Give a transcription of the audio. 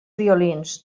violins